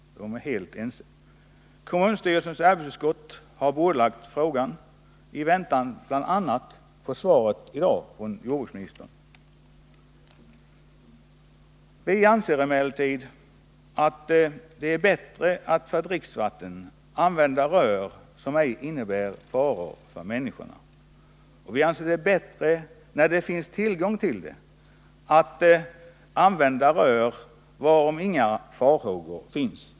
Kommunstyrelsens arbetsutskott har bordlagt frågan, bl.a. i väntan på svaret i dag från jordbruksministern. Vi anser emellertid att det är bättre att för dricksvatten använda rör som inte innebär faror för människorna. Vi anser det vara bättre att, när det finns tillgång till sådana, använda rör varom inga farhågor råder.